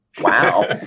Wow